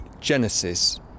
Genesis